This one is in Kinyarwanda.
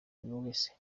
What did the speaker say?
wese